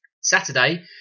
Saturday